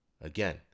Again